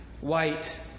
white